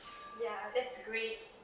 ya that's great